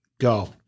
go